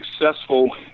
successful